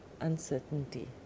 uncertainty